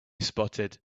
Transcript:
spotted